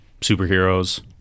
superheroes